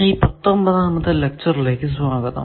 ഈ പത്തൊൻപതാമത്തെ ലെക്ച്ചറിലേക്കു സ്വാഗതം